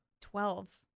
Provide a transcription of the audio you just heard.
Twelve